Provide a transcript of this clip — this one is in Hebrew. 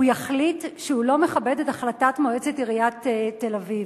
הוא יחליט שהוא לא מכבד את החלטת מועצת עיריית תל-אביב.